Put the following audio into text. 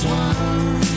one